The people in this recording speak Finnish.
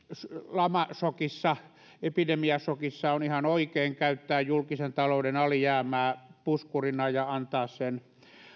lamasokissa epidemiasokissa on ihan oikein käyttää julkisen talouden alijäämää puskurina ja antaa sen